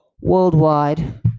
worldwide